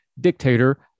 dictator